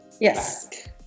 Yes